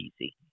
easy